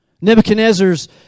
Nebuchadnezzar's